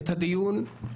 חברים,